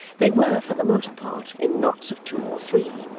they were, for the most part, in knots of two or three,